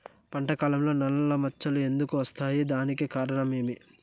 పంట కాలంలో నల్ల మచ్చలు ఎందుకు వస్తాయి? దానికి కారణం ఏమి?